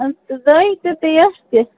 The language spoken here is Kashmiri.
زٲیِج تہِ تہٕ پیٚٹھ تہِ